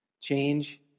Change